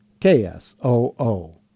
KSOO